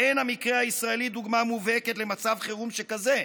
האין המקרה הישראלי דוגמה מובהקת למצב חירום שכזה?